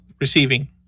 receiving